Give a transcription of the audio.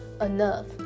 enough